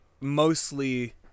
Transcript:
mostly